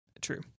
True